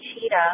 cheetah